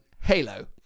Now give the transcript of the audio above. Halo